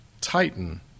Titan